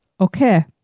Okay